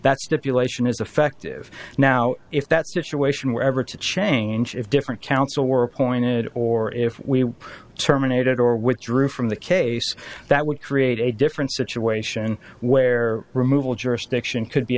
that stipulation is effective now if that situation were ever to change if different counsel were appointed or if we terminated or withdrew from the case that would create a different situation where removal jurisdiction could be